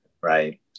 right